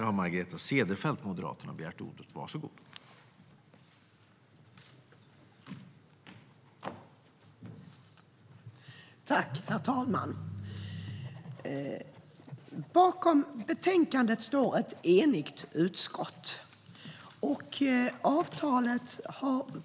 Herr talman! Bakom betänkandet står ett enigt utskott.